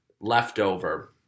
leftover